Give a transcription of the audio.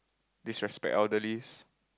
disrespect elderlies